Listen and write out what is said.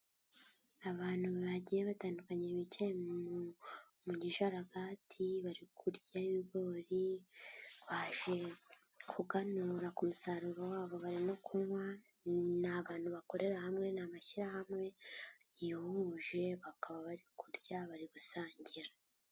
Abantu bagiye batandukanye binjiye mu gishararagati barikurya ibigori baje kuganura ku musaruro wabo, barimo kunywa. Ni abantu bakorera hamwe n'amashyirahamwe bakaba bari kurya bari gusangira.